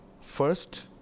first